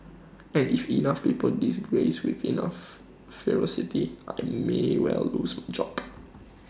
and if enough people disagrees with enough ferocity I may well lose my job